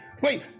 Wait